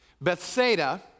Bethsaida